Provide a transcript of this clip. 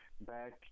back